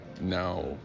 now